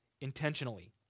intentionally